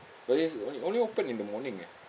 but yes on~ only open in the morning ah